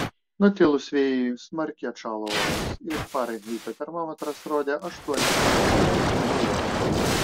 nutilus vėjui smarkiai atšalo oras ir farenheito termometras rodė aštuonis laipsnius žemiau nulio